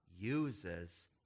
uses